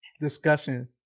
Discussion